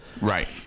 Right